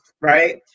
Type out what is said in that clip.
right